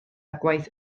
gwaith